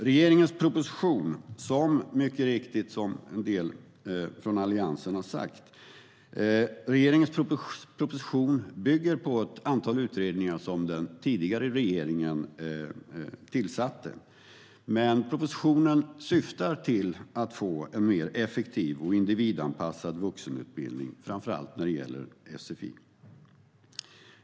Regeringens proposition bygger, som en del från Alliansen helt riktigt har sagt, på ett antal utredningar som den tidigare regeringen tillsatte. Men propositionen syftar till att skapa en mer effektiv och individanpassad vuxenutbildning, framför allt när det gäller sfi.